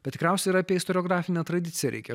bet tikriausiai ir apie istoriografinę tradiciją reikia